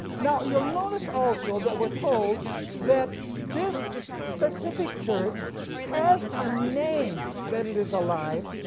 now you'll notice also that we're told that this specific church has a name that it is alive,